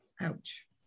ouch